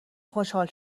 خوشحال